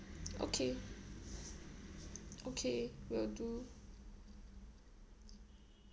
okay okay will do